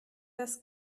das